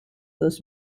dos